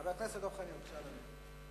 חבר הכנסת דב חנין, בבקשה, אדוני.